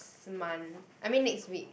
month I mean next week